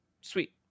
Sweet